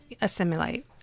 assimilate